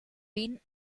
been